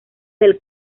del